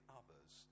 others